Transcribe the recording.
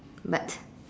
but